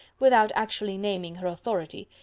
without actually naming her authority,